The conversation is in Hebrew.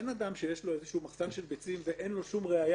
אין אדם שיש לו מחסן של ביצים ואין לו שום ראיה